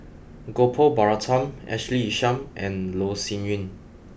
Gopal Baratham Ashley Isham and Loh Sin Yun